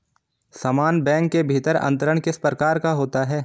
समान बैंक के भीतर अंतरण किस प्रकार का होता है?